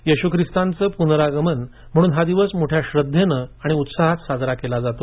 येशू ख्रिस्ताचे पुनरागमन म्हणून हा दिवस मोठ्या श्रद्देने आणि उत्साहात हा सण साजरा केला जातो